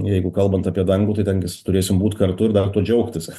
jeigu kalbant apie dangų tai ten gis turėsim būt kartu ir dar tuo džiaugtis